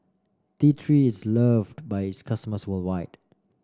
T Three is loved by its customers worldwide